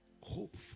Hope